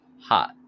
hot